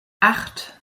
acht